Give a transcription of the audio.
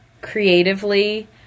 creatively